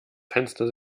fenster